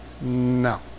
No